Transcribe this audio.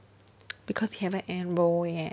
because you haven't enroll yet